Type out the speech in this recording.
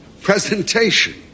presentation